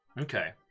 Okay